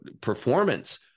performance